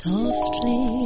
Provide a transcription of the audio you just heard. Softly